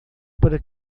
para